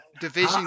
Division